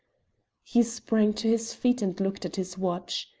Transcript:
he sprang to his feet and looked at his watch.